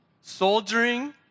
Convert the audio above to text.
soldiering